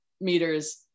meters